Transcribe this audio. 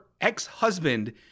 ex-husband